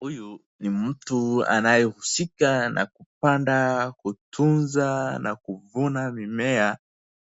Huyu ni mtu anayehusika na kupanda ,kutunza na kuvuna mimea